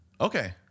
Okay